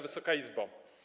Wysoka Izbo!